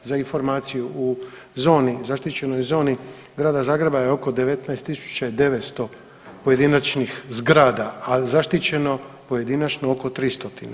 Za informaciju u zoni, zaštićenoj zoni Grada Zagreba je oko 19.900 pojedinačnih zgrada, a zaštićeno pojedinačno oko 300.